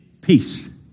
peace